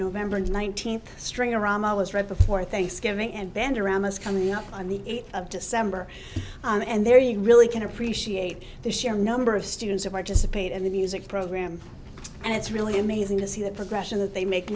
november nineteenth stringer rama was right before thanksgiving and band around was coming up on the eighth of december and there you really can appreciate the sheer number of students who participate in the music program and it's really amazing to see the progression that they make